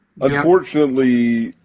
Unfortunately